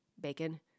bacon